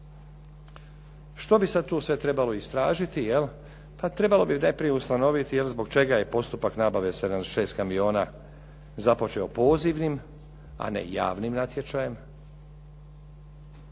Što bi sad tu sve trebalo istražiti? Pa trebalo bi najprije ustanoviti zbog čega je postupak nabave 76 kamiona započeo pozivnim, a ne javnim natječajem.